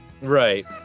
Right